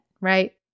right